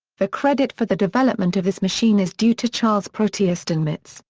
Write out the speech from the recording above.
the credit for the development of this machine is due to charles proteus steinmetz,